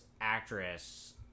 actress